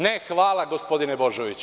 Ne, hvala, gospodine Božoviću.